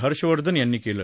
हर्षवर्धन यांनी केलं